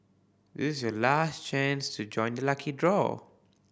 this is your last chance to join the lucky draw